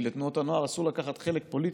כי לתנועות הנוער אסור לקחת חלק פוליטי,